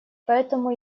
поэтому